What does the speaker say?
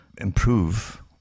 improve